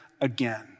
again